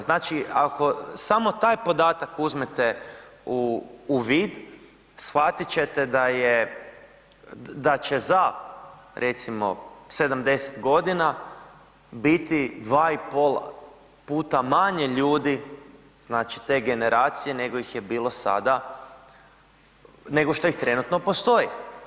Znači, ako samo taj podatak uzmete u vid shvatit ćete da će za recimo 70 godina biti 2,5 puta manje ljudi znači te generacije nego ih je bilo sada, nego što ih trenutno postoji.